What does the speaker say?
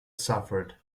suffered